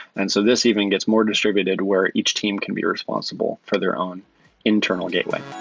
and so this even gets more distributed where each team can be responsible for their own internal gateway.